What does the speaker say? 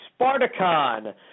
Spartacon